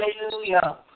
hallelujah